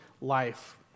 life